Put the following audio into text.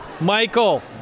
Michael